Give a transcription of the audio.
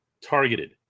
targeted